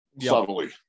Subtly